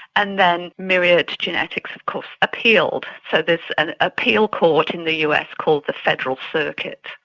and then myriad genetics of course appealed. so there's an appeal court in the us called the federal circuit,